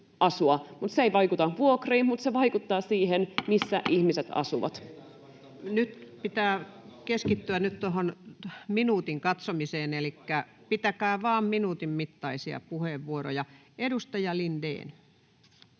Se ei vaikuta vuokriin, mutta se vaikuttaa siihen, missä ihmiset asuvat. Nyt pitää keskittyä tuohon minuutin katsomiseen, elikkä pitäkää vain minuutin mittaisia puheenvuoroja. — Edustaja Lindén.